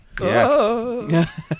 Yes